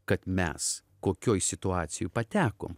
kad mes kokioj situacijoj patekom